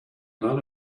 none